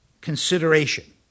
consideration